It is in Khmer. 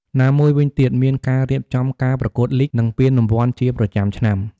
ណាមួយវិញទៀត មានការរៀបចំការប្រកួតលីគ និងពានរង្វាន់ជាប្រចាំឆ្នាំ។